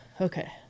okay